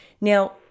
Now